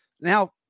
Now